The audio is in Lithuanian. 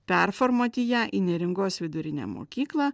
performuoti ją į neringos vidurinę mokyklą